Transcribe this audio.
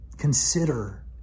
consider